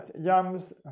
yams